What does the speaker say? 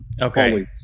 Okay